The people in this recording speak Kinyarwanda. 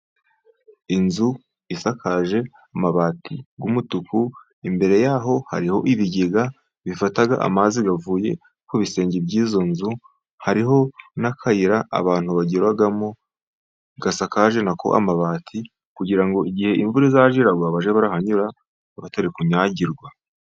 Inzu isakaje amabati y’umutuku, imbere yaho hariho ibigega bifata amazi avuye ku bisenge by’izo nzu. Hariho n’inzira abantu banyuramo, isakaje nayo amabati kugira ngo igihe imvura izajye iragwa, bajye barahanyura batari kunyagirwa.